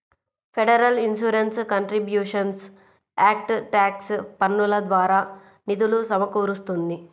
federal insurance contributions act tax పన్నుల ద్వారా నిధులు సమకూరుస్తుంది